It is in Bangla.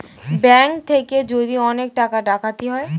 ব্যাঙ্ক থেকে যদি অনেক টাকা ডাকাতি হয়